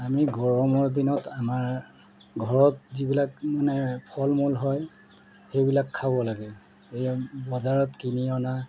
আমি গৰমৰ দিনত আমাৰ ঘৰত যিবিলাক মানে ফল মূল হয় সেইবিলাক খাব লাগে এই বজাৰত কিনি অনা